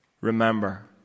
Remember